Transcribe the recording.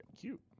Cute